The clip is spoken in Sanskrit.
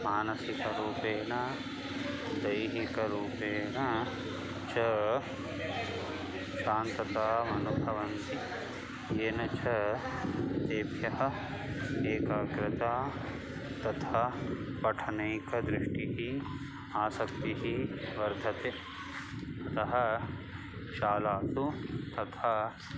मानसिकरूपेण दैहिकरूपेण च शान्तताम् अनुभवन्ति येन च तेभ्यः एकाग्रता तथा पठनैकदृष्टिः आसक्तिः वर्धते अतः शालासु तथा